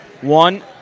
One